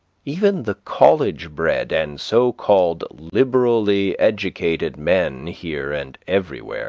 even the college-bred and so-called liberally educated men here and elsewhere